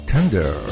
Tender